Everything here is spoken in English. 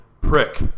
prick